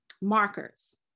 markers